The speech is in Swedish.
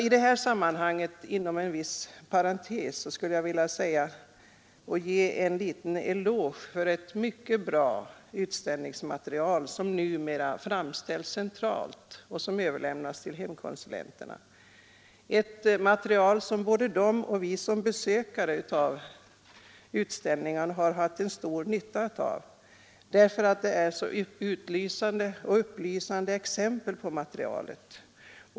I det här sammanhanget, inom en viss parentes, vill jag passa på att ge en eloge för ett mycket bra utställningsmaterial, som numera framställs centralt och överlämnas till hemkonsulenterna, ett material som både de och besökarna av utställningarna har haft stor nytta av, därför att materialet innehåller så upplysande exempel.